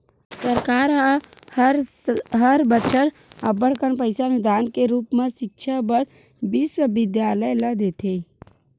सरकार ह हर बछर अब्बड़ कन पइसा अनुदान के रुप म सिक्छा बर बिस्वबिद्यालय ल देथे